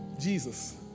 Jesus